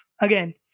again